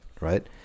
right